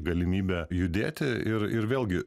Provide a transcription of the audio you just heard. galimybė judėti ir ir vėlgi